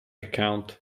account